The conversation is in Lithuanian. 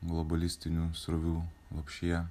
globalistinių srovių lopšyje